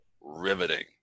riveting